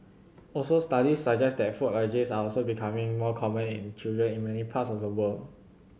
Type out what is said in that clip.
also studies suggest that food allergies are also becoming more common in children in many parts of the world